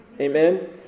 Amen